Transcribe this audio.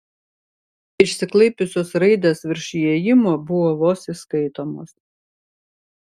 išsiklaipiusios raidės virš įėjimo buvo vos įskaitomos